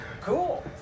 cool